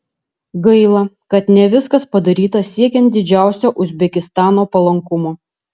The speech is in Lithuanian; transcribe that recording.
gaila kad ne viskas padaryta siekiant didžiausio uzbekistano palankumo